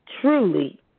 truly